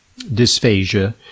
dysphagia